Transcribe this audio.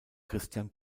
christian